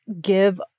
give